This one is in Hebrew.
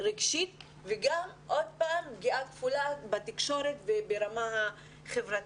רגשית וגם עוד פעם פגיעה כפולה בתקשורת וברמה החברתית.